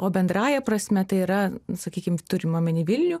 o bendrąja prasme tai yra sakykim turim omeny vilnių